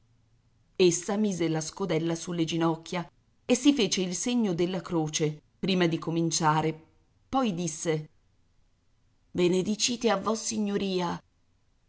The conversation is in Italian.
mangia essa mise la scodella sulle ginocchia e si fece il segno della croce prima di cominciare poi disse benedicite a vossignoria